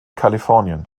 kalifornien